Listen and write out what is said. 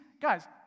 guys